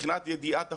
מבחינת ידיעת החומר,